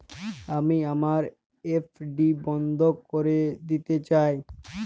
আমি আমার এফ.ডি বন্ধ করে দিতে চাই